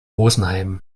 rosenheim